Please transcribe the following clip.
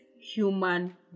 human